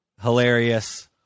hilarious